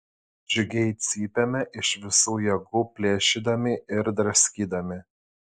džiugiai cypėme iš visų jėgų plėšydami ir draskydami